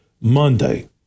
Monday